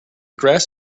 grass